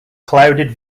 clouded